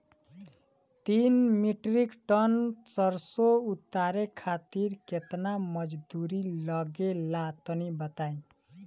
तीन metric ton सरसो उतारे खातिर केतना मजदूरी लगे ला तनि बताई?